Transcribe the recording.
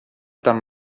там